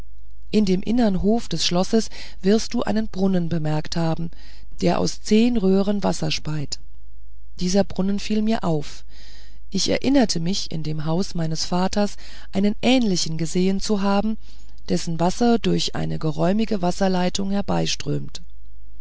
in dem innern hof des schlosses wirst du einen brunnen bemerkt haben der aus zehen röhren wasser speit dieser brunnen fiel mir auf ich erinnerte mich in dem hause meines vaters einen ähnlichen gesehen zu haben dessen wasser durch eine geräumige wasserleitung